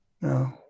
No